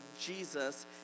Jesus